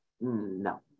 No